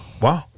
Wow